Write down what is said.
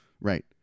right